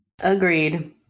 Agreed